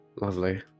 Lovely